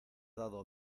dado